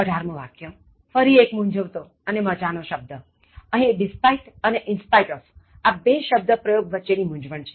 18ફરી એક મૂંઝવતો મજાનો શબ્દઅહીં despite અને in spite of આ બે શબ્દ પ્રયોગ વચ્ચેની મૂંઝ્વણ છે